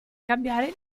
cambiare